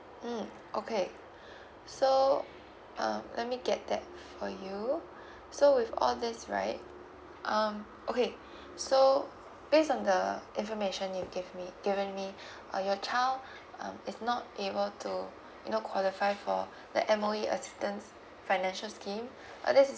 mm okay so um let me get that for you so with all these right um okay so based on the information you give me given me uh your child um is not able to you know qualify for the M_O_E assistance financial scheme uh this is